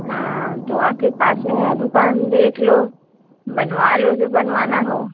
हाँ तो आपके पास में है दुक़ान देख लो बनवा लो जो बनवाना हो